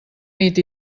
nit